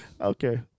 Okay